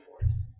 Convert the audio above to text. force